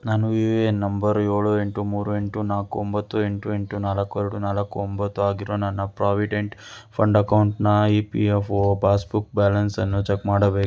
ನಾನು U A N number ಏಳು ಎಂಟು ಮೂರು ಎಂಟು ನಾಲ್ಕು ಒಂಬತ್ತು ಎಂಟು ಎಂಟು ನಾಲ್ಕು ಎರಡು ನಾಲ್ಕು ಒಂಬತ್ತು ಆಗಿರೋ ನನ್ನ ಪ್ರಾವಿಡೆಂಟ್ ಫಂಡ್ ಅಕೌಂಟ್ನ E P F O passbook ಬ್ಯಾಲೆನ್ಸನ್ನು ಚೆಕ್ ಮಾಡಬೇಕು